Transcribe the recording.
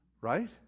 Right